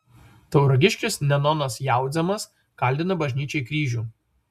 tauragiškis nenonas jaudzemas kaldina bažnyčiai kryžių